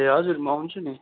ए हजुर म आउँछु नि